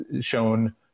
shown